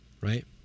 right